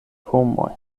pomoj